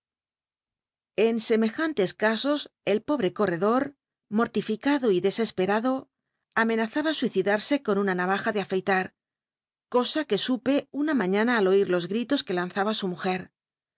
en semejantes casos el l obrc corredor mortificado y desesperado amenazaba suicidarse con una na'aja de afeitar cosa que supe una mañana al oir los gritos que lanzaba su mujer